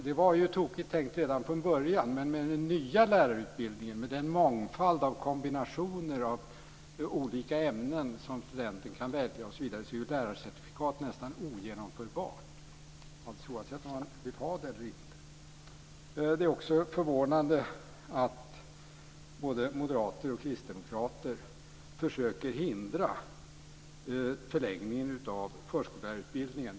Det var tokigt tänkt redan från början, men med den nya lärarutbildningen, med den mångfald av kombinationer av olika ämnen som studenten kan välja är lärarcertifikat nästan ogenomförbart, alldeles oavsett om man vill ha det eller inte. Det är också förvånande är att både moderater och kristdemokrater försöker hindra förlängningen av förskollärarutbildningen.